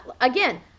Again